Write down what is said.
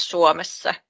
Suomessa